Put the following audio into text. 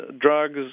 drugs